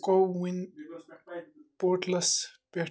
CoWIN پورٹَلَس پٮ۪ٹھ